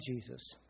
Jesus